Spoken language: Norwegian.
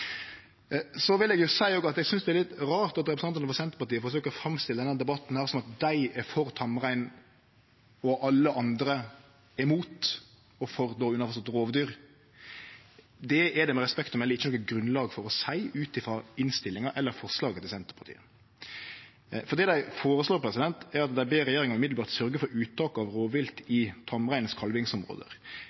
Så vil eg òg seie at eg synest det er litt rart at representantane frå Senterpartiet forsøker å framstille denne debatten som at dei er for tamrein og alle andre er mot, og då underforstått for rovdyr. Det er det med respekt å melde ikkje noko grunnlag for å seie ut frå innstillinga eller forslaget til Senterpartiet. Det dei føreslår, er å be regjeringa med ein gong sørgje for uttak av rovvilt i tamreinens kalvingsområde.